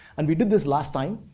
and we did this last time,